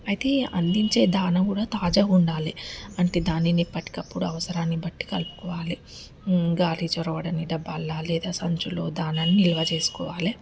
అయితే అందించే దాన కూడా తాజాగుండాలి అట్టి దానిని పటకప్పుడు అవసరాన్ని బట్టి కలుపుకోవాలి గాలి చొరబడని డబ్బాల్లా లేక సంచుల్లో దానా నీ నిల్వ చేసుకోవాలి